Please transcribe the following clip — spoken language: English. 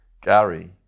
Gary